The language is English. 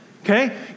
Okay